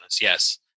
Yes